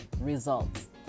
Results